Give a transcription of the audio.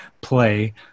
play